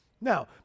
Now